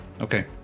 Okay